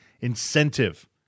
incentive